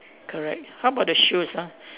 correct how about the shoes ah